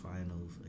Finals